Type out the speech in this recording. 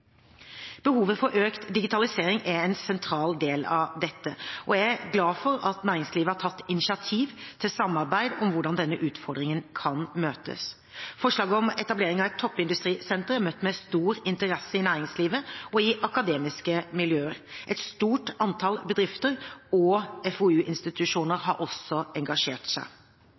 Behovet for økt digitalisering er en sentral del av dette. Jeg er glad for at næringslivet har tatt initiativ til samarbeid om hvordan denne utfordringen kan møtes. Forslaget om etablering av et toppindustrisenter er møtt med stor interesse i næringslivet og i akademiske miljøer. Et stort antall bedrifter og FoU-institusjoner har også engasjert seg.